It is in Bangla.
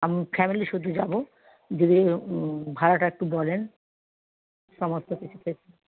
আমি ফ্যামিলিসুদ্ধ যাব যদি ভাড়াটা একটু বলেন সমস্ত কিছু ফেসি